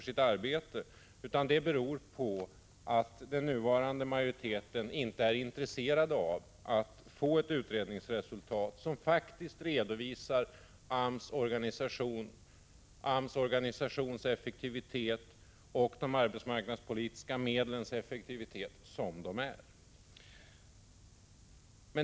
Det beror i stället på att den nuvarande majoriteten inte är intresserad av att få ett slutresultat som redovisar AMS organisation, dess effektivitet och de arbetsmarknadspolitiska medlens effektivitet såsom det faktiskt förhåller sig. Herr talman!